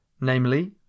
namely